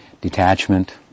Detachment